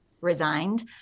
resigned